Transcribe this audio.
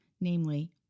namely